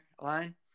line